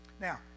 Now